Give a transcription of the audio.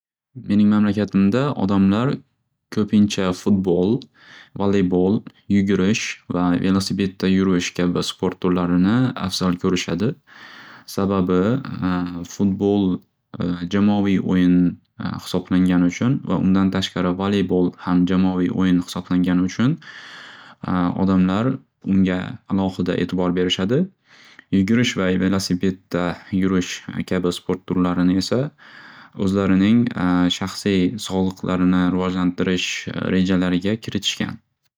Mening mamlakatimda odamlar ko'pincha futbol, valeybol, yugurish va velosipedda yurush kabi sport turlarini avzal ko'rishadi. Sababi futbol jamoaviy o'yin xisoblangani uchun va undan tashqari valeybol ham jamoaviy o'yin xisoblangani uchun odamlar unga alohida e'tibor berishadi. Yugurish va velosipedda yurish kabi sport turlarini esa o'zlarining shaxsiy sog'liqlarini rivojlantirish rejalariga kiritishgan.